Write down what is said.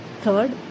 Third